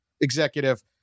executive